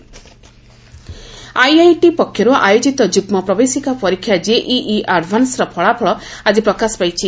IIT ରେଜଲୁ IIT ପକ୍ଷରୁ ଆୟୋକିତ ଯୁଗ୍ମ ପ୍ରବେଶିକା ପରୀକ୍ଷା ଜେଇଇ ଆଡାଭାନ୍ୱର ଫଳାଫଳ ଆଜି ପ୍ରକାଶ ପାଇଛି